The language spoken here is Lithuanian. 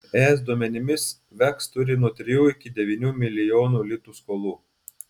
es duomenimis veks turi nuo trijų iki devynių milijonų litų skolų